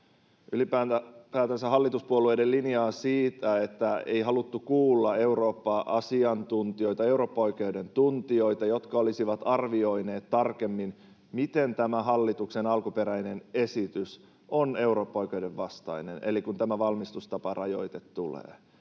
ylipäätänsä hallituspuolueiden linjaa siitä, että ei haluttu kuulla eurooppaoikeuden asiantuntijoita, jotka olisivat arvioineet tarkemmin, miten tämä hallituksen alkuperäinen esitys on eurooppaoikeuden vastainen, eli kun tämä valmistustaparajoite tulee.